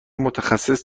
متخصص